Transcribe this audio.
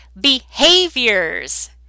behaviors